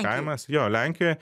kaimas jo lenkijoj